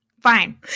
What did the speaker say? Fine